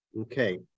Okay